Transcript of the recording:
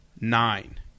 Nine